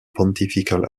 pontifical